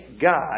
God